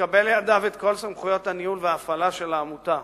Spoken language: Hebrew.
שיקבל לידיו את כל סמכויות הניהול וההפעלה של העמותה.